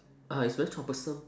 ah it's very troublesome